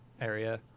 area